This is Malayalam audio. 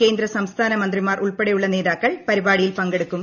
കേന്ദ്ര സംസ്ഥാന മന്തിമാർ ഉൾപ്പെടെയുള്ള നേതാക്കൾ പരിപാടിയിൽ പങ്കെടുക്കും